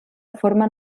formen